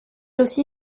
aussi